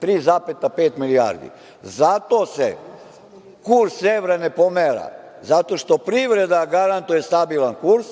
3,5 milijarde. Zato se kurs evra ne pomera, zato što privreda garantuje stabilan kurs.